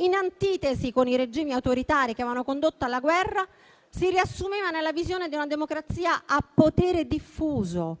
in antitesi con i regimi autoritari che avevano condotto alla guerra, si riassumeva nella visione di una democrazia a potere diffuso